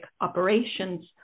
operations